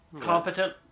Competent